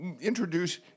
Introduce